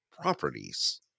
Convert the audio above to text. properties